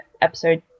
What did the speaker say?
episode